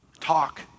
Talk